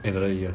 another year